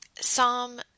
Psalm